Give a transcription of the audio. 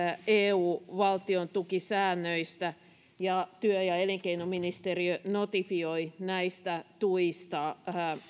eu valtiontukisäännöistä ja työ ja elinkeinoministeriö notifioi näistä tuista